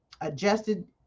adjusted